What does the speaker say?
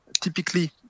typically